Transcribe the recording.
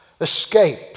Escape